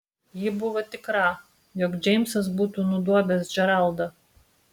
ji buvo tikra jog džeimsas būtų nudobęs džeraldą